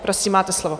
Prosím, máte slovo.